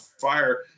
fire